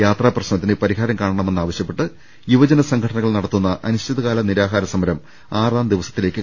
യാത്രാപ്രശ്നത്തിന് പരിഹാരം കാണണം എന്നാവശൃപ്പെട്ട് യുവജന സംഘടനകൾ നടത്തുന്ന അനിശ്ചിതകാല നിരാഹാര സമരം ആറാം ദിവസത്തിലേക്ക്